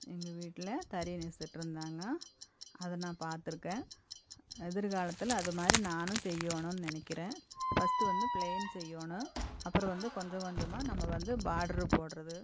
எங்கள் வீட்டில் தறி நெஸ்ஸிட்ருந்தாங்க அதை நான் பார்த்துருக்கேன் எதிர்காலத்தில் அது மாதிரி நானும் செய்யணுன்னு நினைக்கிறேன் ஃபர்ஸ்ட்டு வந்து பிளைன் செய்யணும் அப்புறம் வந்து கொஞ்சம் கொஞ்சமாக நம்ம வந்து பாட்ரு போடுறது